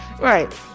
right